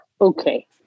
Okay